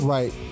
Right